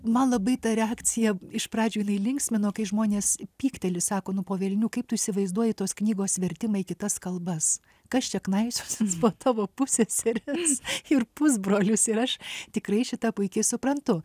man labai ta reakcija iš pradžių jinai linksmino kai žmonės pykteli sako nu po velnių kaip tu įsivaizduoji tos knygos vertimą į kitas kalbas kas čia knaisiosis po tavo pusseseres ir pusbrolius ir aš tikrai šį tą puikiai suprantu